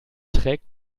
trägt